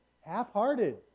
half-hearted